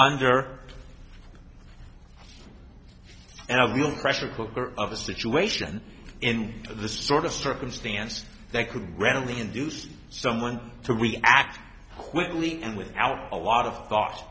under and a real pressure cooker of a situation in the sort of circumstance that could randomly induce someone to really act quickly and without a lot of thought